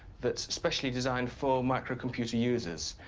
that's specially designed for microcomputer users.